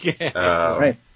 right